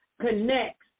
connects